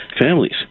families